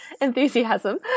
enthusiasm